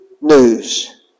news